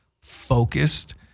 focused